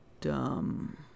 dumb